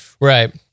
right